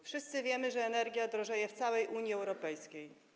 Wszyscy wiemy, że energia drożeje w całej Unii Europejskiej.